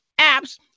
apps